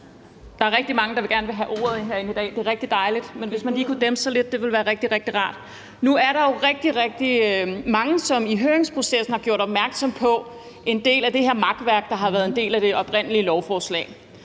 Der er rigtig mange, der gerne vil have ordet herinde i dag. Det er rigtig dejligt, men hvis man lige kunne dæmpe sig lidt, ville det være rigtig, rigtig rart. Nu er der jo rigtig, rigtig mange, som i høringsprocessen har gjort opmærksom på en del af det her makværk, der har været en del af det oprindelige lovforslag.